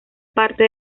parte